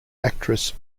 actress